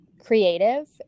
creative